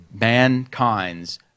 mankind's